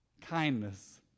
Kindness